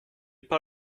pas